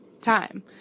time